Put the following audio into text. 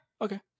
okay